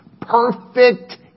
perfect